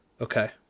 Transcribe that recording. Okay